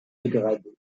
dégradé